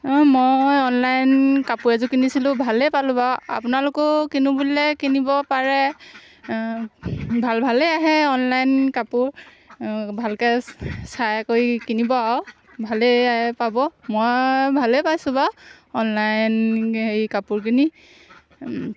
মই অনলাইন কাপোৰ এযোৰ কিনিছিলোঁ ভালেই পালোঁ বাৰু আপোনালোকেও কিনো বুলিলে কিনিব পাৰে ভাল ভালেই আহে অনলাইন কাপোৰ ভালকৈ চাই কৰি কিনিব আৰু ভালেই পাব মই ভালেই পাইছোঁ বাৰু অনলাইন হেৰি কাপোৰ কিনি